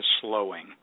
slowing